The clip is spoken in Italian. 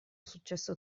successo